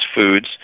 foods